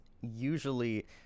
usually